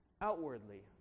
outwardly